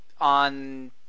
on